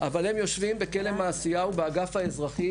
אבל הם יושבים בכלא מעשיהו באגף האזרחי,